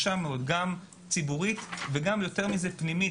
גם ציבורית וגם פנימית.